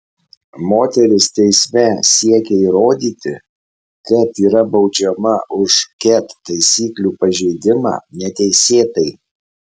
moteris teisme siekia įrodyti kad yra baudžiama už ket taisyklių pažeidimą neteisėtai